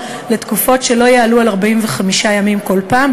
לתקופות שלא יעלו על 45 ימים בכל פעם,